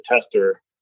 tester